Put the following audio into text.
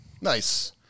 Nice